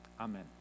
Amen